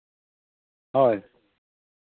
ᱦᱳᱭ